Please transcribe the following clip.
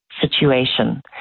situation